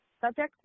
subject